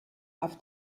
auf